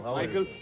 michael.